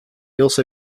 also